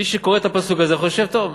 מי שקורא את הפסוק הזה חושב: טוב,